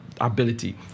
ability